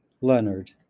Leonard